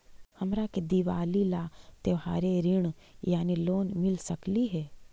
हमरा के दिवाली ला त्योहारी ऋण यानी लोन मिल सकली हे?